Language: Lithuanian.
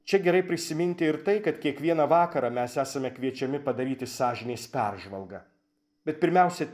čia gerai prisiminti ir tai kad kiekvieną vakarą mes esame kviečiami padaryti sąžinės peržvalgą bet pirmiausia